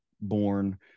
born